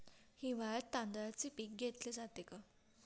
हिवाळ्यात तांदळाचे पीक घेतले जाते का?